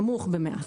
נמוך במעט.